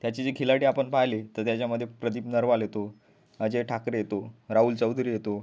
त्याचे जे खिलाडी आपण पाहिले तर त्याच्यामधे प्रदीप नरवाल येतो अजय ठाकरे तो राहुल चौधरी येतो